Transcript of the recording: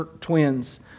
twins